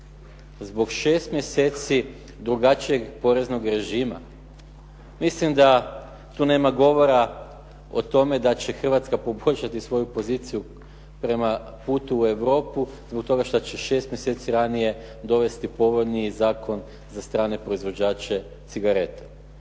Zbog šest mjeseci drugačijeg poreznog režima. Mislim da tu nema govora o tome da će Hrvatska poboljšati svoju poziciju prema putu u Europu zbog toga što će šest mjeseci ranije dovesti povoljniji zakon za strane proizvođače cigareta.